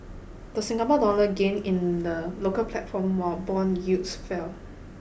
the Singapore dollar gained in the local platform while bond yields fell